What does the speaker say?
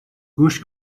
گوش